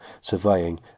surveying